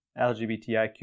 LGBTIQ